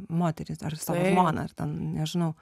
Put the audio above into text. moterį ar savo žmoną ar ten nežinau